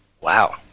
Wow